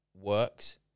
works